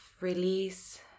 release